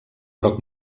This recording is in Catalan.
rock